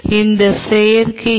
அந்த செயற்கை ஈ